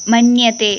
मन्यते